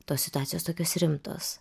tos situacijos tokios rimtos